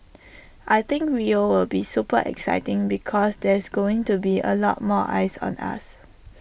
I think Rio will be super exciting because there's going to be A lot more eyes on us